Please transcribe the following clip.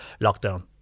lockdown